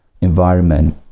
environment